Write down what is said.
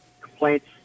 complaints